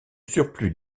surplus